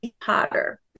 Potter